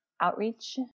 outreach